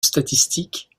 statistique